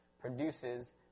produces